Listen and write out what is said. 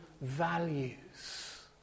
values